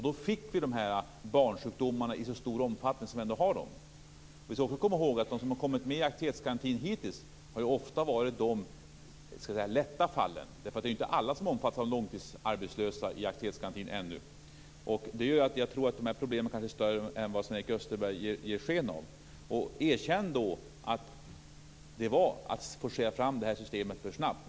Då fick vi de här barnsjukdomarna i så stor omfattning som vi har. Vi ska också komma ihåg att de som har kommit med i aktivitetsgarantin hittills ofta har varit de lätta fallen. Det är inte alla långtidsarbetslösa som omfattas av aktivitetsgarantin ännu. Det gör att jag tror att de här problemen är större än vad Sven-Erik Österberg ger sken av. Erkänn då att systemet forcerades fram för snabbt.